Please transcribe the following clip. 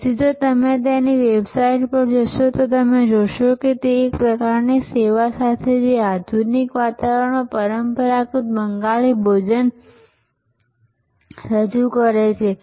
તેથી જો તમે તેમની વેબસાઈટ પર જશો તો તમે જોશો કે તે જ પ્રકારની સેવા સાથે જે આધુનિક વાતાવરણમાં પરંપરાગત બંગાળી ભોજન ઓફર કરે છે